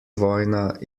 vojna